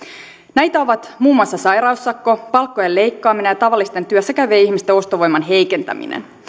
näitä ovat muun muassa sairaussakko palkkojen leikkaaminen ja tavallisten työssä käyvien ihmisten ostovoiman heikentäminen